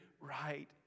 right